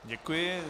Děkuji.